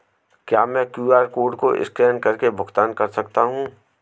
क्या मैं QR code को स्कैन करके भुगतान कर सकता हूं?